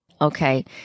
Okay